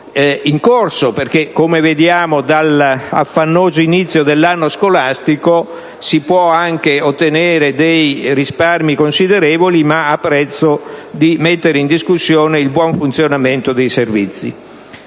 in corso, perché come vediamo dall'affannoso inizio dell'anno scolastico si possono anche ottenere dei risparmi considerevoli ma a prezzo di mettere in discussione il buon funzionamento dei servizi.